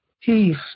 peace